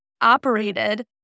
operated